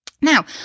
Now